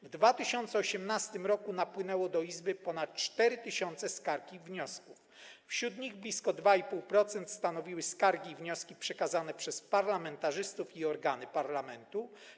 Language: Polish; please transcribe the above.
W 2018 r. napłynęło do Izby ponad 4 tys. skarg i wniosków, wśród których blisko 2,5% stanowiły skargi i wnioski przekazane przez parlamentarzystów i organy parlamentu.